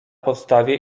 podstawie